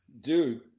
Dude